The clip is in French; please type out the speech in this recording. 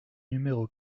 numéro